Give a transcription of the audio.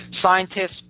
Scientists